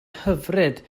hyfryd